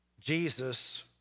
Jesus